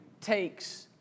takes